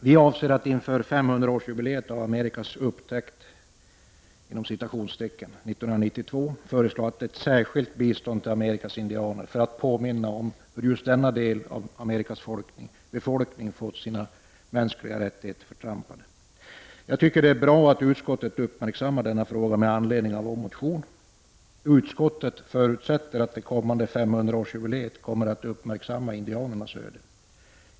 Vi avser att inför 500-årsjubileet av Amerikas ”upptäckt” 1992 föreslå ett särskilt bistånd till Amerikas indianer för att påminna om hur just denna del av Amerikas befolkning fått sina mänskliga rättigheter förtrampad. Jag tycker att det är bra att utskottet uppmärksammat denna fråga med anledning av vår motion. Utskottet förutsätter att det kommande 500-årsjubileet kommer att uppmärksamma indianernas öde.